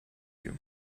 you